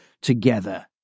together